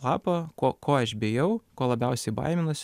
lapo ko ko aš bijau ko labiausiai baiminuos